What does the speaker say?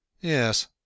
Yes